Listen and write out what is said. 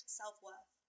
self-worth